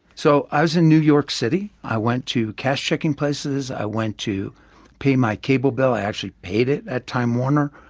so i was in new york city. i went to cash-checking places, i went to pay my cable bill. i actually paid it at time warner.